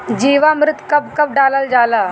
जीवामृत कब कब डालल जाला?